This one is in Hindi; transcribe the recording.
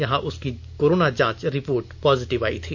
यहां उसकी कोरोना जांच रिपोर्ट पॉजिटिव आयी थी